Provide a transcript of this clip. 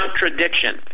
contradiction